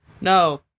no